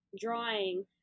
drawing